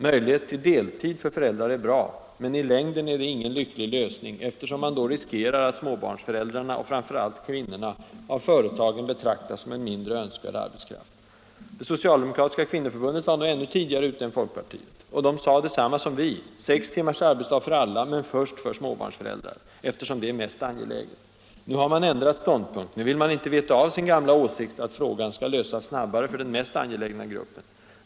Möjlighet till deltid för föräldrar är bra, men i längden är det ingen lycklig lösning, eftersom man då riskerar att småbarnsföräldrarna — och framför allt kvinnorna — av företagen betraktas som en mindre önskvärd arbetskraft. Det socialdemokratiska kvinnoförbundet var nog ännu tidigare ute än folkpartiet, och där sade man på samma sätt som vi: Sex timmars arbetsdag för alla, men först för småbarnsföräldrar, eftersom det är mest angeläget! Nu har man ändrat ståndpunkt — nu vill man inte veta av sin gamla åsikt att frågan skall lösas snabbare för den mest angelägna gruppen.